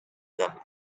them